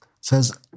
says